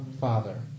Father